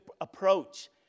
approach